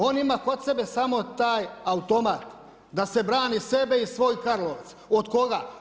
On ima kod sebe samo taj automat, da se brani sebe i svoj Karlovac, od koga?